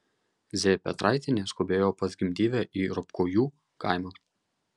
z petraitienė skubėjo pas gimdyvę į ropkojų kaimą